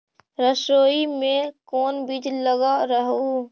सरसोई मे कोन बीज लग रहेउ?